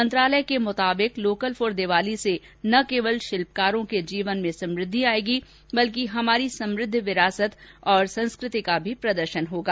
मंत्रालय के मुताबिक लोकल फॉर दीवाली से न केवल शिल्पकारों के जीवन में समुद्धि आएगी बल्कि हमारी समुद्ध विरासत और संस्कृति का भी प्रदर्शन होगा